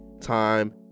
time